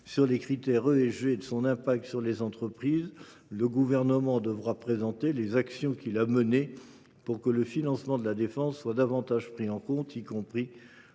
sur les critères ESG et de son impact sur les entreprises de la défense, le Gouvernement devra présenter les actions qu’il a menées pour que le financement de la défense soit davantage pris en compte, y compris au sein de la Banque